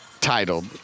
titled